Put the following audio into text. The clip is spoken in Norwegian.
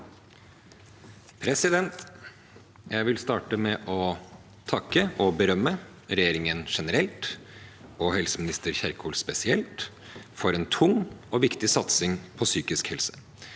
Jeg vil starte med å takke og berømme regjeringen generelt og helseminister Kjerkol spesielt for en tung og viktig satsing på psykisk helse,